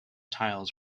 tiles